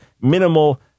minimal